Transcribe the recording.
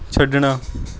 ਛੱਡਣਾ